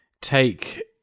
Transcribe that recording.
take